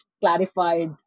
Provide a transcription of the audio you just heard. clarified